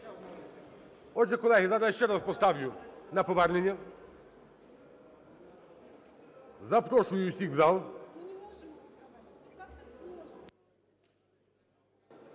Отже, колеги, я зараз ще раз поставлю на повернення. Запрошую всіх в зал.